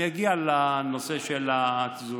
אני אגיע לנושא של התזונה.